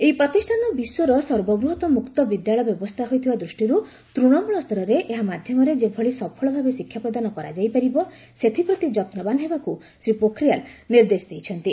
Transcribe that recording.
ଏହି ପ୍ରତିଷ୍ଠାନ ବିଶ୍ୱର ସର୍ବବୃହତ୍ ମୁକ୍ତ ବିଦ୍ୟାଳୟ ବ୍ୟବସ୍ଥା ହୋଇଥିବା ଦୃଷ୍ଟିରୁ ତୃଣମୂଳ ସ୍ତରରେ ଏହା ମାଧ୍ୟମରେ ଯେଭଳି ସଫଳ ଭାବେ ଶିକ୍ଷା ପ୍ରଦାନ କରାଯାଇ ପାରିବ ସେଥିପ୍ରତି ଯତ୍ନବାନ ହେବାକୁ ଶ୍ରୀ ପୋଖରିଆଲ ନିର୍ଦ୍ଦେଶ ଦେଇଛନ୍ତି